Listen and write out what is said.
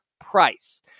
price